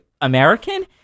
American